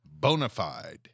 Bonafide